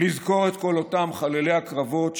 לזכור את כל אותם חללי הקרבות,